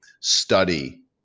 study